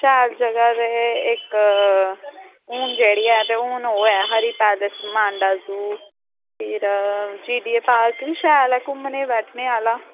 शैल जगह ते इक हून जेह्ड़ी ऐ ते ते हून ओह् ऐ हरी पैलेस मांडा ज़ू फेर जीडीए पार्क व शैल ऐ घूमने बैठने आह्ला